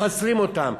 מחסלים אותם.